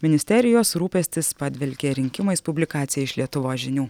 ministerijos rūpestis padvelkė rinkimais publikacija iš lietuvos žinių